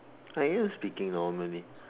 I am speaking normally